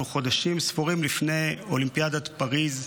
אנחנו חודשים ספורים לפני אולימפיאדת פריז,